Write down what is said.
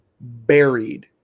buried